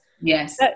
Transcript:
Yes